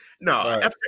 no